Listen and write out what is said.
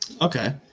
Okay